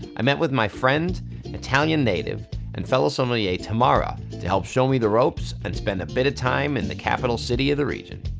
i met with my friend italian native and fellow sommelier, tamara, to help show me the ropes and spend a bit of time in the capital city of the region.